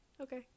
Okay